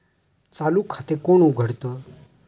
चालू खाते कोण उघडतं?